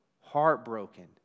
heartbroken